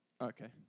Okay